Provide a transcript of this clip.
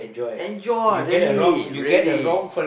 enjoy really really